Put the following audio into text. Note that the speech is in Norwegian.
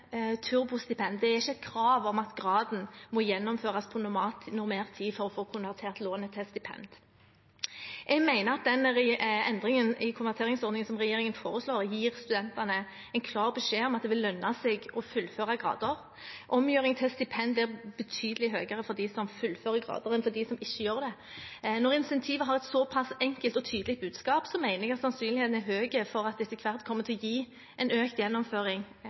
krav om at graden må gjennomføres på normert tid for å få konvertert lånet til et stipend. Jeg mener at den endringen i konverteringsordningen som regjeringen foreslår, gir studentene en klar beskjed om at det vil lønne seg å fullføre grader. Omgjøring til stipend er betydelig høyere for dem som fullfører grader, enn for dem som ikke gjør det. Når incentivet har et såpass enkelt og tydelig budskap, mener jeg at sannsynligheten er høy for at det etter hvert kommer til å gi en økt gjennomføring